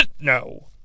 no